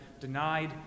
denied